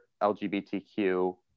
LGBTQ